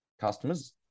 customers